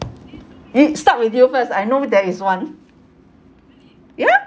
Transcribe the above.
it start with you first I know there is one ya